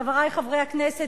חברי חברי הכנסת,